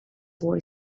boy